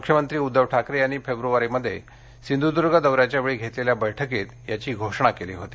मुख्यमंत्री उद्दव ठाकरे यांनी फेब्रुवारीमध्ये सिंधुद्र्ग दौऱ्याच्या वेळी घेतलेल्या बैठकीत यासंदर्भात घोषणा केली होती